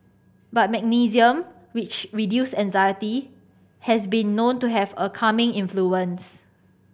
but magnesium which reduce anxiety has been known to have a calming influence